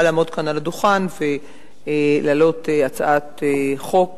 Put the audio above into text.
לעמוד כאן על הדוכן ולהעלות הצעת חוק,